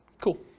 Cool